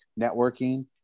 networking